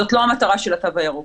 זאת לא המטרה של התו הירוק.